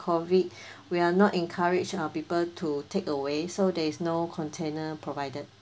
COVID we're not encourage uh people to take away so there is no container provided